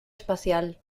espacial